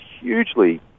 hugely